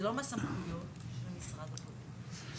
זה לא מהסמכויות של משרד הבריאות.